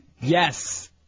Yes